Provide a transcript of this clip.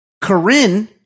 Corinne